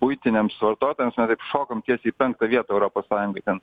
buitiniams vartotojams taip šokom tiesiai į penktą vietą europos sąjungoj ten